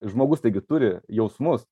žmogus taigi turi jausmus